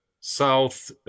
south